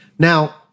Now